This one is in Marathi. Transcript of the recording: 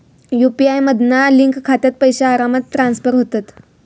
यु.पी.आय मधना लिंक खात्यात पैशे आरामात ट्रांसफर होतत